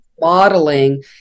Modeling